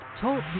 Talk